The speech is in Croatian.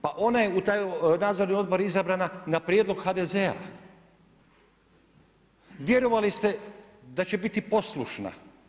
Pa ona je u taj nadzorni odbor izabrana na prijedlog HDZ-a. vjerovali ste da će biti poslušna.